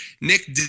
Nick